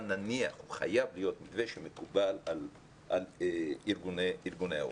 חייב להיות מתווה שמקובל על ארגוני ההורים.